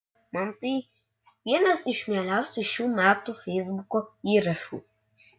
man tai vienas iš mieliausių šių metų feisbuko įrašų